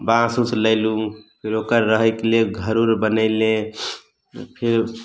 बाँस ओस लैलू फेर ओकर रहएके लिए घर ओर बनेलै फेर